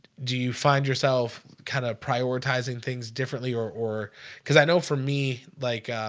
do you find yourself kind of prioritizing things differently or or because i know for me like